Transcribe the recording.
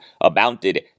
amounted